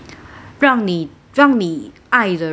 让你让你爱的人